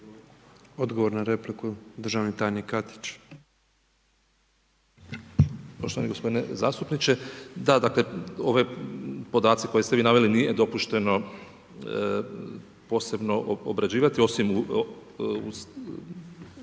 Odgovor na repliku državna tajnica Burić.